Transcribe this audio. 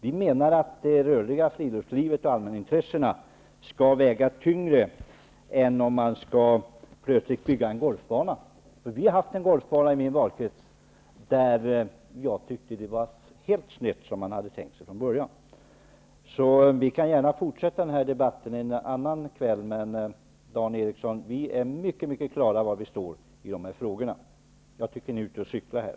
Vi menar att det rörliga friluftslivet och allmänintressena skall väga tyngre än det plötsliga intresset för att bygga en golfbana. Vi har diskuterat en golfbana i min valkrets. Jag tyckte att det man från början hade tänkt sig var helt snett. Vi kan gärna fortsätta den här debatten en annan kväll. Men, Dan Eriksson, det är mycket klart var vi står i de här frågorna. Jag tycker att ni är ute och cyklar.